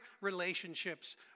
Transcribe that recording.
relationships